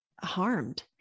harmed